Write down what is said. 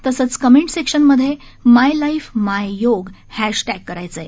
तसंच comment section मधे my life my yoga hashtag करायचं आहे